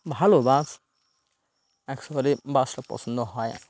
ভালো bus actually বাসটা পছন্দ হয়